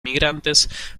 migrantes